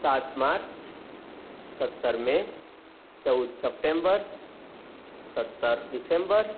સાત માર્ચ સત્તર મે ચૌદ સપ્ટેમ્બર સત્તર ડીસેમ્બર